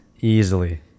Easily